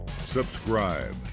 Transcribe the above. subscribe